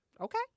okay